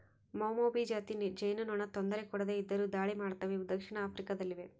ಮೌಮೌಭಿ ಜಾತಿ ಜೇನುನೊಣ ತೊಂದರೆ ಕೊಡದೆ ಇದ್ದರು ದಾಳಿ ಮಾಡ್ತವೆ ಇವು ದಕ್ಷಿಣ ಆಫ್ರಿಕಾ ದಲ್ಲಿವೆ